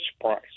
price